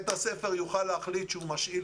כשנדע נתונים נוכל לדעת.